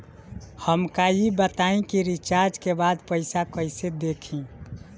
हमका ई बताई कि रिचार्ज के बाद पइसा कईसे देखी?